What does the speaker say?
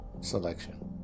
selection